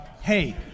hey